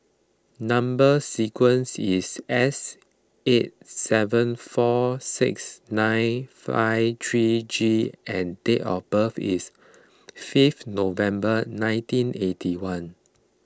Number Sequence is S eight seven four six nine five three G and date of birth is fifth November nineteen eighty one